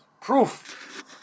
proof